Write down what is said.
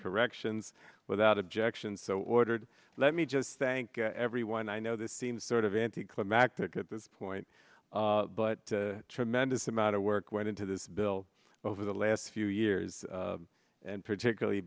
corrections without objection so ordered let me just thank everyone i know this seems sort of anticlimactic at this point but tremendous amount of work went into this bill over the last few years and particularly